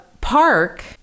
park